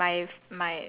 okay